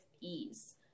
ease